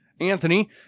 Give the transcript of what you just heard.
Anthony